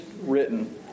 written